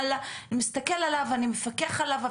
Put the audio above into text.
אני מסתכל עליו ואני מפקח עליו,